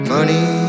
Money